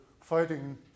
fighting